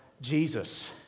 Jesus